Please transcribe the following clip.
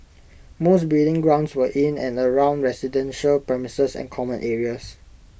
most breeding grounds were in and around residential premises and common areas